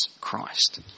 christ